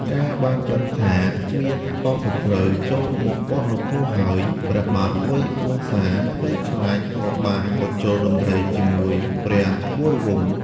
កាលបានដឹងថា មានព័ទ្ធសត្រូវចូលមកព័ទ្ធនគរហើយ ព្រះបាទវៃវង្សាភ័យខ្លាច ក៏បានប្រជល់ដំរីជាមួយព្រះវរវង្ស។